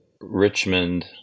richmond